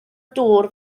dŵr